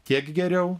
tiek geriau